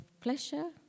pleasure